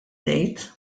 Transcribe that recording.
ngħid